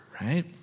right